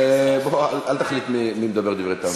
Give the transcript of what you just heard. אל תחליט מי מדבר דברי טעם.